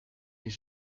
est